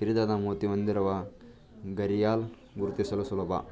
ಕಿರಿದಾದ ಮೂತಿ ಹೊಂದಿರುವ ಘರಿಯಾಲ್ ಗುರುತಿಸಲು ಸುಲಭ